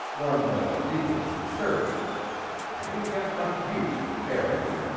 run by the deacons of the church i ain't got much use for charity.